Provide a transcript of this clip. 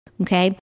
Okay